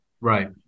Right